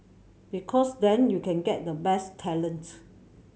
because then you can get the best talent